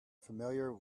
familiar